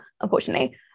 unfortunately